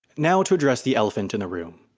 now to address the elephant in the room.